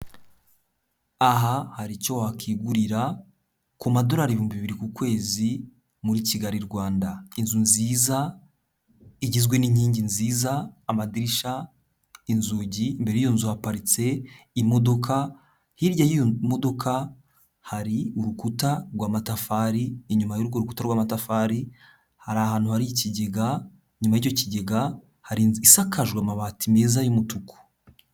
Aha hari icyo wakwigurira ku madorari ibihumbi bibiri ku kwezi muri Kigali Rwanda. Inzu nziza igizwe n'inkingi nziza, amadirisha, inzugi. Imbere y'iyo nzu haparitse imodoka. Hirya y'iyo modoka hari urukuta rw'amatafari. Inyuma y'urwo rukuta rw'amatafari, hari ahantu hari ikigega. Inyuma y'icyo kigega hari inzu isakajwe amabati meza y'umutuku.